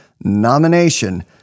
nomination